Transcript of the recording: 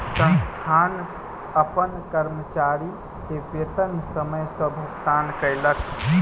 संस्थान अपन कर्मचारी के वेतन समय सॅ भुगतान कयलक